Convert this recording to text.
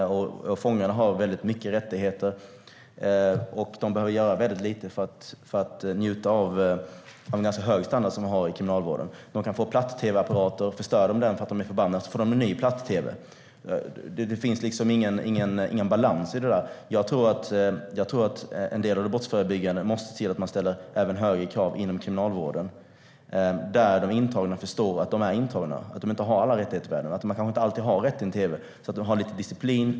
Fångarna har mycket rättigheter, och de behöver göra väldigt lite för att få njuta av den ganska höga standarden i kriminalvården. De kan få platt-tv-apparater. Förstör man den för att man är förbannad får man en ny. Det finns ingen balans i det. En del i det brottsförebyggande arbetet måste vara att vi ställer högre krav inom kriminalvården så att de intagna förstår att de är intagna och att de inte har rätt till allt, till exempel till en tv. Det måste till disciplin.